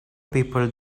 people